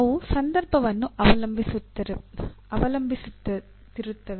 ಅವು ಸಂದರ್ಭವನ್ನು ಅವಲಂಬಿಸಿರುತ್ತವೆ